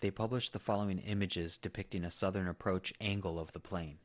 they published the following images depicting a southern approach angle of the plane